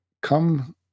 come